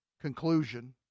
conclusion